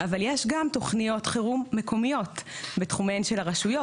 אבל יש גם תוכניות חירום מקומיות בתחומיהן של הרשויות,